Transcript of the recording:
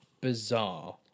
bizarre